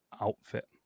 outfit